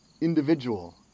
individual